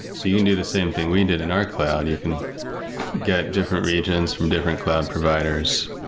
so you can do the same thing we did in our cloud. you can get different regions from different cloud providers.